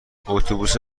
اتوبوس